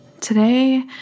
Today